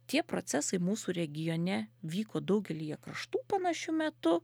tie procesai mūsų regione vyko daugelyje kraštų panašiu metu